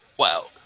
Wow